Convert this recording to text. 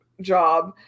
Job